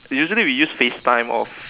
usually we use face time or